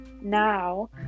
now